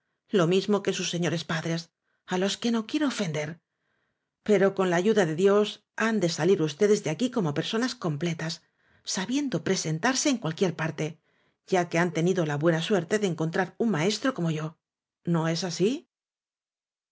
lo mismo que sus señores padres á los que no quiero ofender pero con la ayuda de dios han de salir ustedes de aquí como personas completas sabiendo presentarse en cualquier parte ya que han te nido la buena suerte de encontrar un maestro como yo no es así